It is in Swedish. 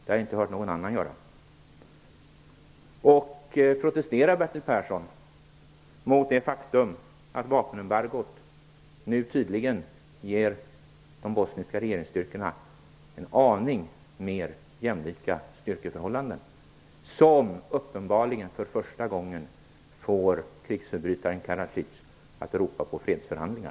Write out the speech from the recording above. Jag har inte hört någon annan kräva det. Protesterar Bertil Persson mot det faktum att vapenembargot nu innebär ett mera jämlikt styrkeförhållande för de bosniska regeringsstyrkorna, vilket gör att krigsförbrytaren Karadzic för första gången ropar på fredsförhandlingar?